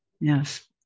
Yes